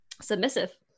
Submissive